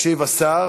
ישיב השר